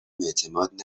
اعتماد